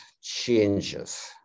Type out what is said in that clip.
changes